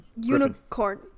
Unicorn